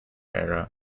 era